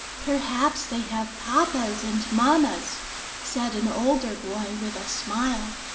perhaps they have papas and mammas said an older boy, with a smile.